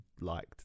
liked